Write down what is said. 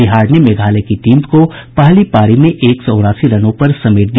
बिहार ने मेघालय की टीम को पहली पारी में एक सौ उनासी रनों पर समेट दिया